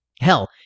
Hell